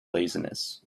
laziness